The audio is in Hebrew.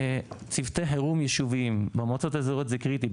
צוותי חירום יישובים במועצות האזוריות זה קריטי.